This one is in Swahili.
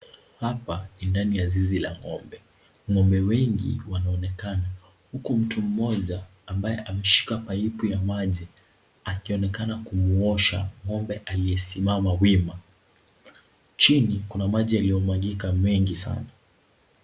Hapa ni ndani ya zizi la ng'ombe. Ng'ombe wengi huku mtu mmoja ambaye ameshika pipu ya maji akionekana kumuosha ng'ombe aliyesimama wima. Chini kuna maji yaliyomwagika mengi sana.